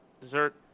dessert